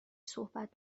صحبت